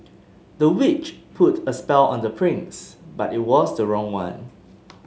the witch put a spell on the prince but it was the wrong one